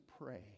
pray